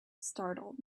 startled